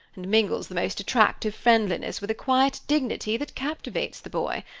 and mingles the most attractive friendliness with a quiet dignity that captivates the boy.